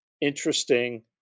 interesting